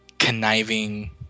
Conniving